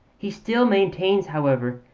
he still maintains, however,